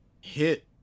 hit